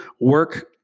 work